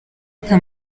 nka